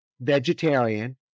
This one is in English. vegetarian